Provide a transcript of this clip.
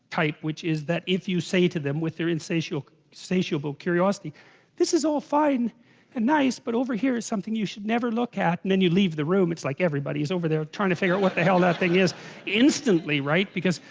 type which is that if you say to them with their insatiable so but curiosity this is all fine and nice but over here is something you should never look at and then you leave the room it's like everybody is over there trying to figure the hell that thing is instantly right because,